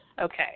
okay